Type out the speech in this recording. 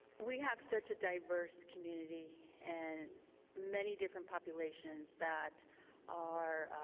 we have such a diverse community and many different populations that are,